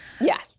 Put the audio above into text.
Yes